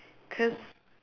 cause